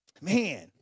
man